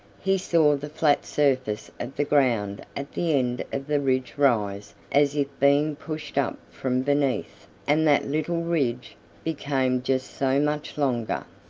he saw the flat surface of the ground at the end of the ridge rise as if being pushed up from beneath, and that little ridge became just so much longer.